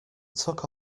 took